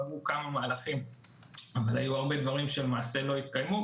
היו הרבה מהלכים ולמעשה היו הרבה דברים שלמעשה לא התקיימו.